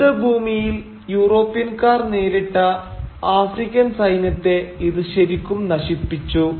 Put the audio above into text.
യുദ്ധഭൂമിയിൽ യൂറോപ്യൻക്കാർ നേരിട്ട ആഫ്രിക്കൻ സൈന്യത്തെ ഇത് ശരിക്കും നശിപ്പിച്ചു